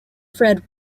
fred